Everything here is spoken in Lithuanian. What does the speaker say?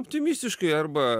optimistiškai arba